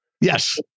Yes